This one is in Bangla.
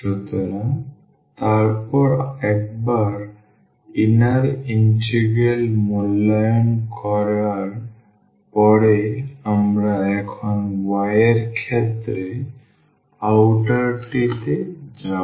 সুতরাং তারপর একবার অভ্যন্তরীণ ইন্টিগ্রাল মূল্যায়ন করার পরে আমরা এখন y এর ক্ষেত্রে বাইরের টিতে যাব